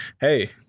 hey